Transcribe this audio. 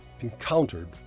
encountered